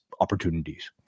opportunities